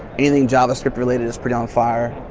anything javascript related is pretty on fire.